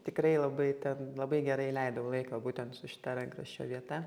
tikrai labai ten labai gerai leidau laiką būtent su šita rankraščio vieta